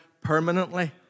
permanently